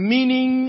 Meaning